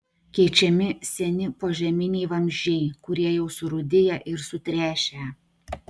keičiami seni požeminiai vamzdžiai kurie jau surūdiję ir sutręšę